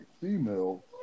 female